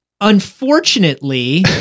unfortunately